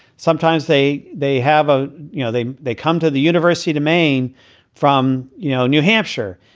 sometimes they they have a you know they they come to the university to maine from, you know, new hampshire,